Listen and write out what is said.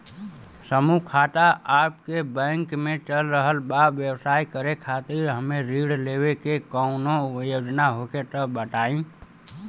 समूह खाता आपके बैंक मे चल रहल बा ब्यवसाय करे खातिर हमे ऋण लेवे के कौनो योजना होखे त बताई?